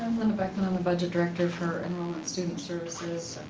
linda beckham. i'm a budget director for enrollment student services.